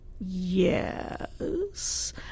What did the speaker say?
Yes